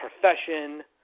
Profession